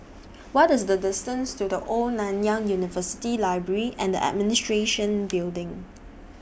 What IS The distance to The Old Nanyang University Library and Administration Building